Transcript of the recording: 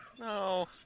no